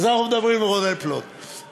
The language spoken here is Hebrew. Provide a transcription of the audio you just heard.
אז אנחנו מדברים לרונן פלוט.